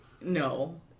No